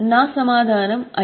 నా సమాధానం I